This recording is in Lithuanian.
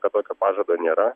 kad tokio pažado nėra